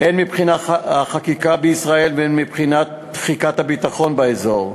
הן מבחינת החקיקה בישראל והן מבחינת תחיקת הביטחון באזור,